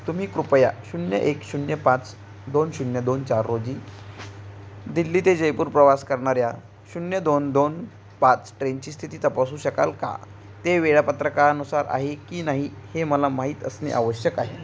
तुम्ही कृपया शून्य एक शून्य पाच दोन शून्य दोन चार रोजी दिल्ली ते जयपूर प्रवास करणाऱ्या शून्य दोन दोन पाच ट्रेनची स्थिती तपासू शकाल का ते वेळापत्रकानुसार आहे की नाही हे मला माहीत असणे आवश्यक आहे